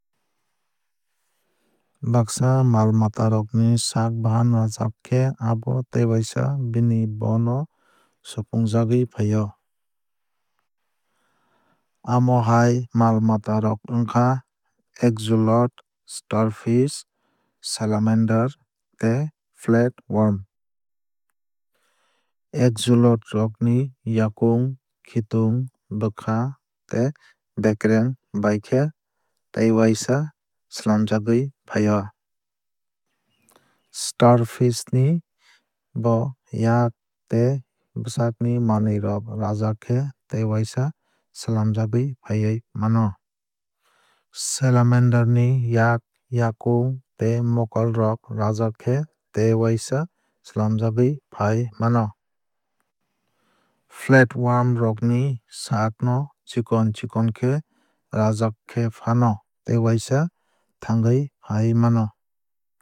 Baksa mal mata rok ni saak bahan rajak khe abo tei waisa bini bo no supungjagwui fai o. Amo hai mal mata rok wngkha axolot starfish salamander tei flatworm. Axolot rok ni yakung khitung bwkha tei bekereng baikhe tei waisa slamjagwui fai o. Starfish ni bo yak tei bwsakni manwui rok rajak khe tei waisa slamjagwui fawuii mano. Salamander ni yak yakung tei mokol rok rajak khe tei waisa slamjagwui fai mano. Flatworm rok ni saak no chikon chikon khe rajak khe fano tei waisa thangwui fai mano.